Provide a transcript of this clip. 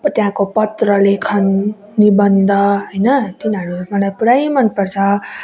ऊ त्यहाँको पत्र लेखन निबन्ध होइन तिनीहरू मलाई पुरै मन पर्छ